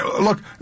look